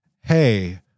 Hey